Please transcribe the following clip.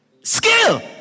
Skill